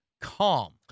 calm